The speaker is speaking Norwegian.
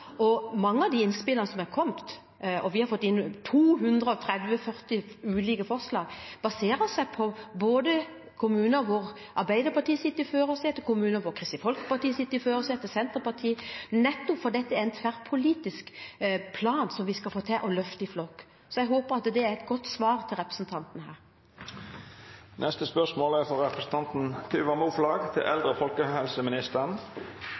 Mange av de innspillene som er kommet – og vi har fått inn 230–240 ulike forslag – baserer seg på kommuner hvor Arbeiderpartiet sitter i førersetet, kommuner hvor Kristelig Folkeparti sitter i førersetet, eller Senterpartiet, nettopp fordi dette er en tverrpolitisk plan som vi skal få til og løfte i flokk. Jeg håper det er et godt svar til representanten. Dette spørsmålet, frå representanten Tuva Moflag til